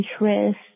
interest